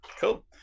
Cool